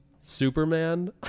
Superman